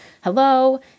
hello